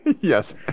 Yes